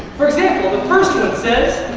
for example, the first one says,